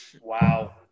Wow